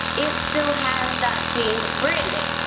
it still has that same branding.